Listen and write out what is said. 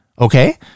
Okay